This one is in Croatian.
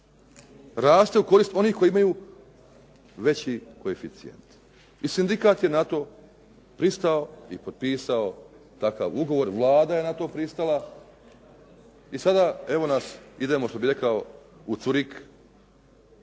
Raste u korist onih koji imaju veći koeficijent i sindikat je na to pristao i potpisao takav ugovor. Vlada je na to pristala i sada evo nas idemo što bi rekao u zürick,